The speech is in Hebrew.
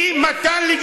הוא לא אומר לך את האמת.